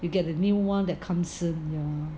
you get a new [one] that comes soon